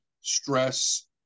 stress